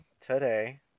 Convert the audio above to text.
today